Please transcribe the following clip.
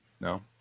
no